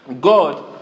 God